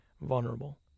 vulnerable